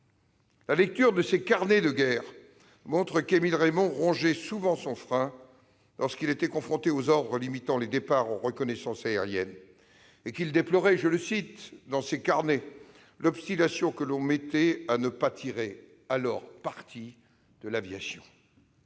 La lecture de ses carnets de guerre montre qu'Émile Reymond rongeait souvent son frein lorsqu'il était confronté aux ordres limitant les départs en reconnaissance aérienne et qu'il déplorait « l'obstination » que l'on mettait, selon lui, à ne pas tirer parti de l'aviation.